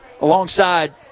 alongside